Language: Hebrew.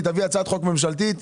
תביא הצעת חוק ממשלתית.